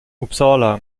uppsala